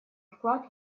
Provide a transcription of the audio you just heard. вклад